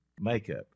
makeup